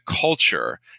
culture